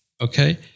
okay